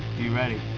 you ready?